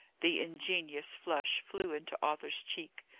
the ingenuous flush flew into arthur's cheek.